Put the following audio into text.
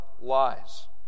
lies